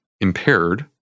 impaired